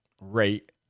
rate